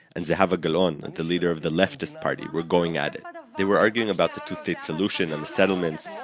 and zehava galon, the leader of the leftist party were going at it. but they were arguing about the two state solution, and the settlements.